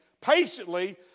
patiently